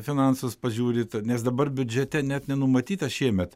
finansus pažiūrit nes dabar biudžete net nenumatyta šiemet